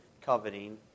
coveting